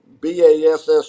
bass